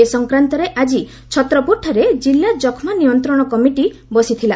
ଏ ସଂକ୍ରାନ୍ଡରେ ଆଜି ଛତ୍ରପୁରଠାରେ ଜିଲ୍ଲା ଯଷ୍ଟା ନିୟନ୍ତଶ କମିଟି ବସିଥିଲା